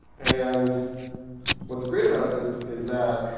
and what's great about this is that